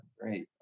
great